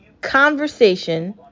conversation